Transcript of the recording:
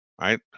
right